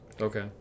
Okay